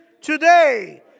today